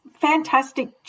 fantastic